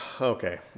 Okay